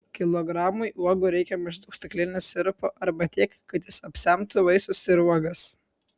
kilogramui uogų reikia maždaug stiklinės sirupo arba tiek kad jis apsemtų vaisius ir uogas